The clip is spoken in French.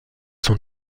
son